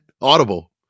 audible